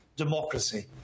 Democracy